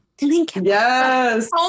Yes